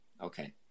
okay